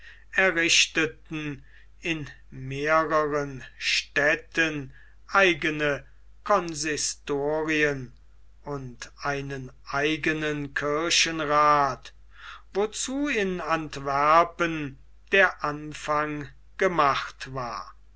errichteten in mehreren städten eigene consistorien und einen eigenen kirchenrath wozu in antwerpen der anfang gemacht war